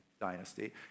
dynasty